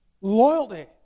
Loyalty